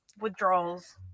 withdrawals